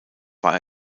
war